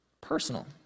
personal